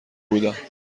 بودم